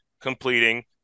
completing